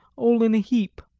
all in a heap.